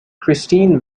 christine